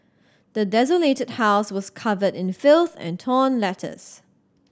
the desolated house was covered in filth and torn letters